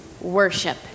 worship